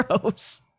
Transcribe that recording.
Gross